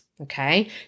okay